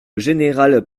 général